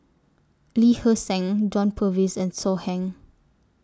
Lee Hee Seng John Purvis and So Heng